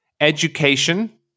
education